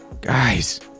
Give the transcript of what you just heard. guys